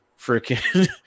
freaking